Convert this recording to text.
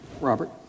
Robert